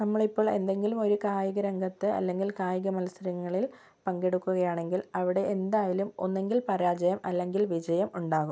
നമ്മൾ ഇപ്പോൾ എന്തെങ്കിലും ഒരു കായിക രംഗത്ത് അല്ലെങ്കിൽ കായിക മത്സരങ്ങളിൽ പങ്കെടുക്കുകയാണെങ്കിൽ അവിടെ എന്തായാലും ഒന്നുകിൽ പരാജയം അല്ലെങ്കിൽ വിജയം ഉണ്ടാകും